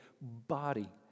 body